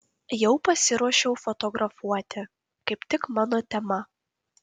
jau pasiruošiau fotografuoti kaip tik mano tema